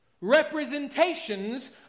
representations